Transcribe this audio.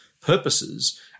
purposes